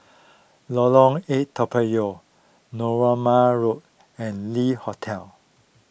Lorong eight Toa Payoh Narooma Road and Le Hotel